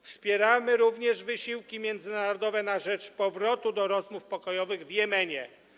Wspieramy również wysiłki międzynarodowe na rzecz powrotu do rozmów pokojowych Jemenie.